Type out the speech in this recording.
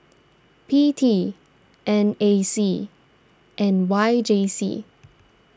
P T N A C and Y J C